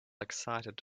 excited